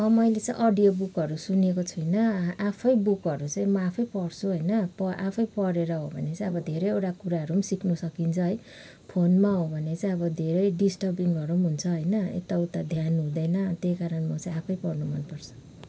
मैले चै अडियो बुकहरू सुनेको छुइनँ आफै बुकहरू चाहिँ म आफै पढछु होइन आफै पढेर हो भने चाहिँ अब धेरैवटा कुराहरू पनि सिक्न सकिन्छ है फोनमा हो भने चाहिँ धेरै डिसटर्बिङहरू हुन्छ होइन यता उता ध्यान हुँदैन त्यही कारण चाहिँ आफै पढन मन पर्छ